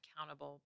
accountable